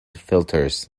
filters